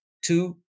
two